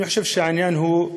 אני חושב שהעניין הוא,